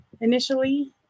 initially